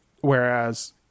Whereas